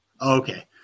Okay